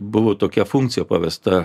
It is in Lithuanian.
buvo tokia funkcija pavesta